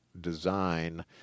design